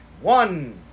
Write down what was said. One